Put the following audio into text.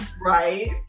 Right